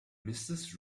mrs